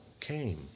came